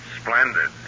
Splendid